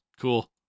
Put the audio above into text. cool